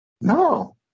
No